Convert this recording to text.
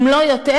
אם לא יותר,